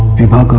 vibha